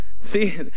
see